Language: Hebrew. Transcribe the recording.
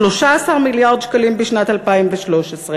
13 מיליארד שקלים בשנת 2013,